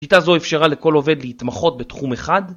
שיטה זו אפשרה לכל עובד להתמחות בתחום אחד